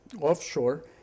offshore